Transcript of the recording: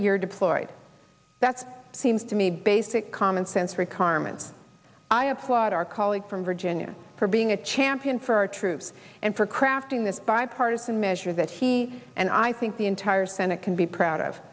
year deployed that's seems to me basic common sense requirements i applaud our colleague from virginia for being a champion for our troops and for crafting this bipartisan measure that he and i think the entire senate can be proud of